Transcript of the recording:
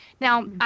Now